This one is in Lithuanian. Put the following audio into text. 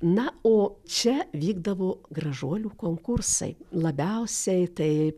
na o čia vykdavo gražuolių konkursai labiausiai tai